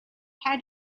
how